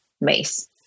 Mace